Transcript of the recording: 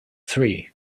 three